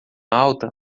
alta